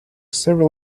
several